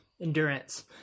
endurance